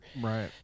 Right